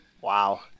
wow